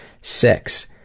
Six